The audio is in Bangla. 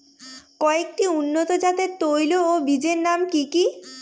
কয়েকটি উন্নত জাতের তৈল ও বীজের নাম কি কি?